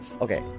Okay